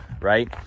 right